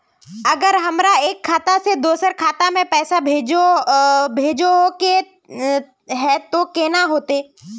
अगर हमरा एक खाता से दोसर खाता में पैसा भेजोहो के है तो केना होते है?